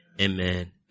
Amen